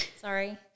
sorry